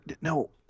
no